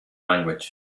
language